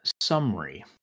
summary